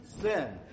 Sin